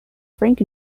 frank